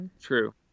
True